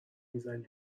میزنی